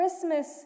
Christmas